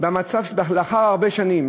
לאחר הרבה שנים,